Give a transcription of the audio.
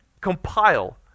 compile